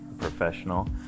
professional